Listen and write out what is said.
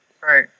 Right